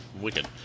wicked